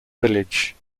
village